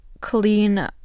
clean